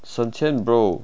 省钱 bro